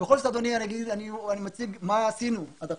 בכל זאת אדוני אני מציג מה עשינו עד עכשיו.